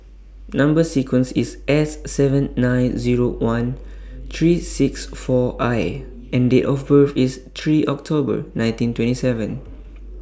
Number sequence IS S seven nine Zero one three six four I and Date of birth IS three October nineteen twenty seven